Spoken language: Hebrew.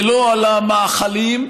ולא לומד על המאכלים,